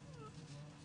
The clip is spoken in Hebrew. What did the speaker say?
בינתיים,